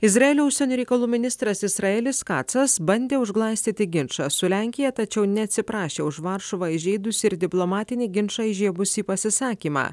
izraelio užsienio reikalų ministras izraelis kacas bandė užglaistyti ginčą su lenkija tačiau neatsiprašė už varšuvą įžeidusį ir diplomatinį ginčą įžiebusį pasisakymą